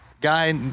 guy